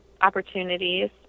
opportunities